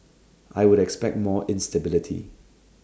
I would expect more instability